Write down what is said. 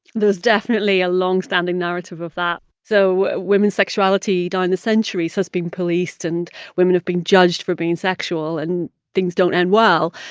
there's definitely a longstanding narrative of that. so women's sexuality down the centuries has been policed, and women have been judged for being sexual, and things don't end well,